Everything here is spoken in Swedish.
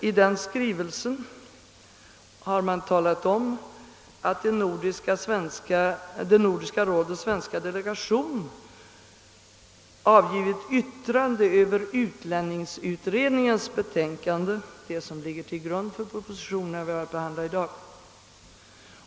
I den skrivelsen har anförts att Nordiska rådets svenska delegation avgivit yttrande över utlänningsutredningens betänkande, vilket ligger till grund för den proposition vi har att behandla i dag.